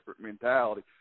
mentality